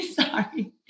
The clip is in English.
sorry